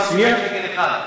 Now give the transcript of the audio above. שקל אחד.